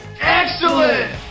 Excellent